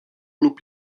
lub